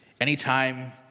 Anytime